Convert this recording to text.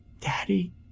Daddy